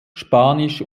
spanisch